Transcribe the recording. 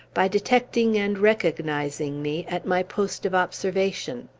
by detecting and recognizing me, at my post of observation.